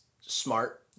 smart